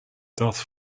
darth